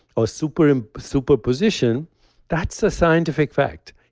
ah super and super position, that's a scientific fact.